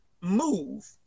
move